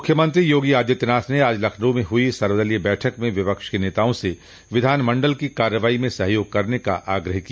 मुख्यमंत्री योगी आदित्यनाथ ने आज लखनऊ में हुई सर्वदलीय बैठक में विपक्ष के नेताओं से विधानमंडल की कार्यवाही में सहयोग करने का आग्रह किया